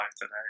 today